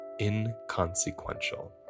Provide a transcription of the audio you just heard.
inconsequential